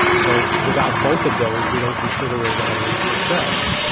so without both of those we don't consider it a success.